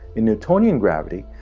in newtonian gravity,